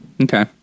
Okay